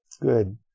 Good